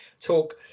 talk